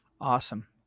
Awesome